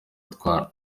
atwara